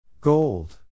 Gold